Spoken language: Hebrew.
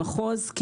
במחוז.